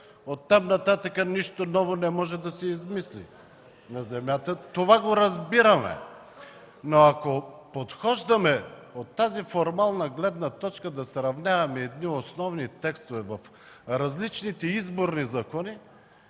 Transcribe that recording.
от там нататък нищо ново не може да се измисли на Земята. Това го разбираме, но ако подхождаме от тази формална гледна точка – да сравняваме основни гледни точки в различните изборни закони,